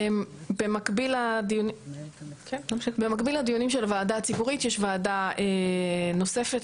במקביל לדיונים של הוועדה הציבורית יש ועדה נוספת,